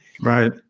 Right